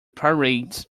pirates